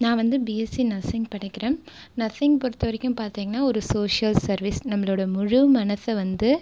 நான் வந்து BSc nursing படிக்கிறேன் நர்சிங் பொறுத்த வரைக்கும் பார்த்தீங்கன்னா ஒரு சோஷியல் சர்வீஸ் நம்மளோடய முழு மனதை வந்து